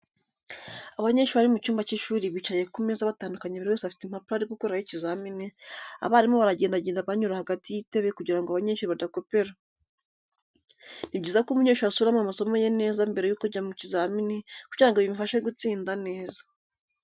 Abanyeshuri bari mu cyumba cy'ishuri bicaye ku meza batandukanye buri wese afite impapuro ari gukoreraho ikizamini abarimu baragendagenda banyura hagati y'itebe kugira ngo abanyeshuri badakopera. Ni byiza ko umunyeshuri asubiramo amasomo ye neza mbere yo kujya mu kizamini kugira ngo bimufashe gutsinda neza.